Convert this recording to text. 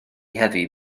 heddiw